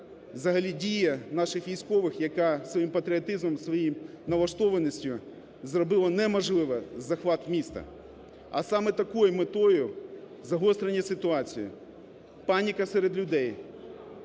взагалі дія наший військових, яка своїм патріотизмом, своєю налаштованістю зробила неможливим захват міста. А саме із такою метою загострення ситуації. Паніка серед людей.